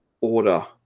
order